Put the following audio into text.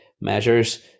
measures